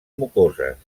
mucoses